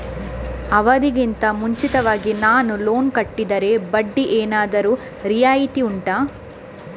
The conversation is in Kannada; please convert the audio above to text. ಅವಧಿ ಗಿಂತ ಮುಂಚಿತವಾಗಿ ನಾನು ಲೋನ್ ಕಟ್ಟಿದರೆ ಬಡ್ಡಿ ಏನಾದರೂ ರಿಯಾಯಿತಿ ಉಂಟಾ